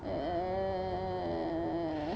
err